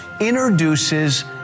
introduces